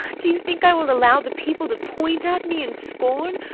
do you think i will allow the people to point at me in scorn,